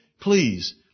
Please